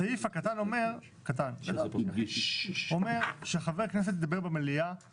--- הסעיף הקטן אומר שחבר הכנסת ידבר במליאה